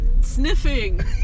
sniffing